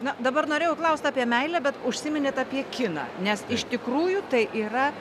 na dabar norėjau klaust apie meilę bet užsiminėt apie kiną nes iš tikrųjų tai yra